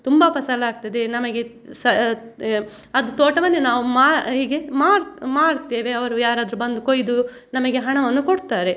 ತುಂಬಾ ಫಸಲು ಆಗ್ತದೆ ನಮಗೆ ಸಹ ಯ ಅದು ತೋಟವನ್ನೇ ನಾವು ಮಾ ಹೀಗೆ ಮಾರಿ ಮಾರ್ತೇವೆ ಅವರು ಯಾರದರು ಬಂದು ಕೊಯ್ದು ನಮಗೆ ಹಣವನ್ನು ಕೊಡ್ತಾರೆ